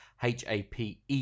HAPE